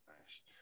Nice